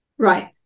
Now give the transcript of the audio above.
Right